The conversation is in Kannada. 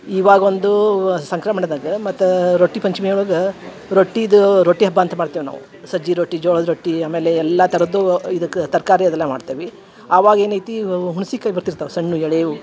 ಇವಾಗ ಒಂದು ಸಂಕ್ರಮಣದಾಗ ಮತ್ತು ರೊಟ್ಟಿ ಪಂಚಮಿ ಒಳಗೆ ರೊಟ್ಟಿದು ರೊಟ್ಟಿ ಹಬ್ಬ ಅಂತ ಮಾಡ್ತೇವೆ ನಾವು ಸಜ್ಜೆ ರೊಟ್ಟಿ ಜೋಳದ ರೊಟ್ಟಿ ಆಮೇಲೆ ಎಲ್ಲ ಥರದ್ದು ಇದುಕ್ಕೆ ತರಕಾರಿ ಅದೆಲ್ಲ ಮಾಡ್ತೇವೆ ಅವಾಗ ಏನೈತಿ ಹುಣ್ಸಿಕಾಯಿ ಬರ್ತಿರ್ತವೆ ಸಣ್ಣ ಎಳೆಯವು